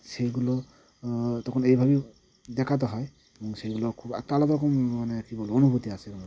সেইগুলো তখন এইভাবেই দেখাতে হয় এবং সেইগুলো খুব একটা আলাদা রকম মানে কী বলব অনুভূতি আসে ওগুলো